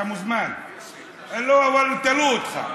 אבל תלו אותך.